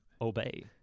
obey